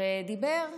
ודיבר,